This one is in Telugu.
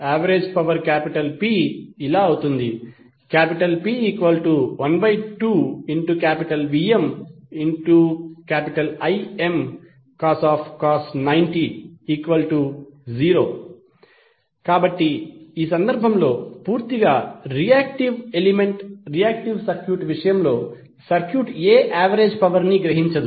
యావరేజ్ పవర్ P ఇలా అవుతుంది P12VmImcos 90 0 కాబట్టి ఈ సందర్భంలో పూర్తిగా రియాక్టివ్ సర్క్యూట్ విషయంలో సర్క్యూట్ ఏ యావరేజ్ పవర్ ని గ్రహించదు